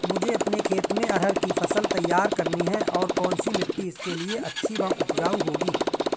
मुझे अपने खेत में अरहर की फसल तैयार करनी है और कौन सी मिट्टी इसके लिए अच्छी व उपजाऊ होगी?